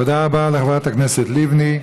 תודה רבה לחברת הכנסת לבני.